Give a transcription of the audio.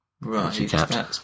Right